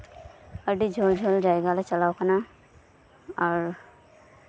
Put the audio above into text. ᱟᱹᱰᱤ ᱡᱷᱟᱹᱞ ᱡᱷᱟᱹᱞ ᱡᱟᱭᱜᱟ ᱞᱮ ᱪᱟᱞᱟᱣ ᱠᱟᱱᱟ